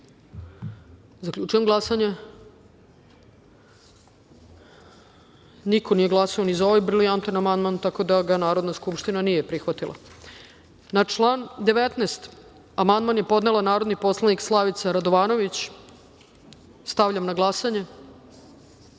amandman. Zaključujem glasanje: niko nije glasao ni za ovaj brilijantan amandman, tako da ga Narodna skupština nije prihvatila. Na član 19. amandman je podnela narodni poslanik Slavica Radovanović. Stavljam na glasanje